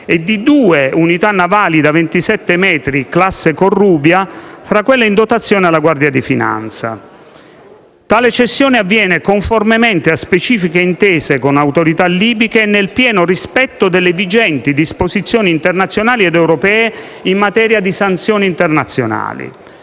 e di due unità navali da 27 metri, classe Corrubia, fra quelle in dotazione alla Guardia di finanza. Tale cessione avviene conformemente a specifiche intese con autorità libiche e nel pieno rispetto delle vigenti disposizioni internazionali ed europee in materia di sanzioni internazionali.